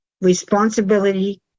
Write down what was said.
responsibility